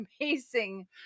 amazing